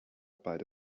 beide